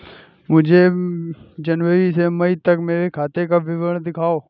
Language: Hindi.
मुझे जनवरी से मई तक मेरे खाते का विवरण दिखाओ?